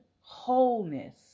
wholeness